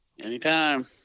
Anytime